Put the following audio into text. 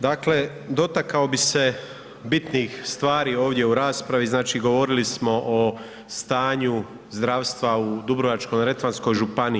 Dakle, dotakao bih se bitnih stvari ovdje u raspravi, znači govorili smo o stanju zdravstva u Dubrovačko-neretvanskoj županiji.